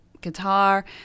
guitar